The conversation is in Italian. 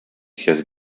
chiese